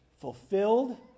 fulfilled